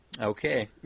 Okay